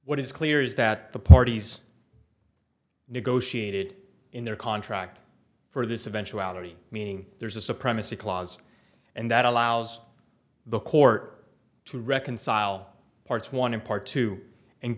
what is clear is that the parties negotiated in their contract for this eventuality meaning there's a supremacy clause and that allows the court to reconcile parts one and part two and